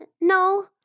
no